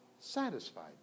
satisfied